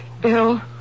Bill